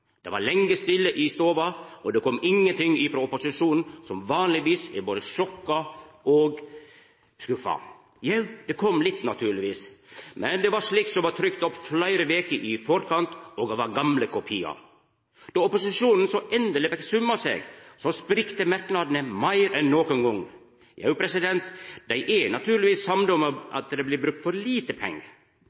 Det var lenge stille i stova, og det kom ingenting frå opposisjonen, som vanlegvis er både sjokkert og skuffa. Jau, det kom litt, naturlegvis, men det var slikt som var trykt opp fleire veker i forkant og var gamle kopiar. Då opposisjonen så endeleg fekk summa seg, sprikte merknadene meir enn nokon gong. Jau, dei er naturlegvis samde om at det blir brukt for lite pengar.